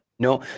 No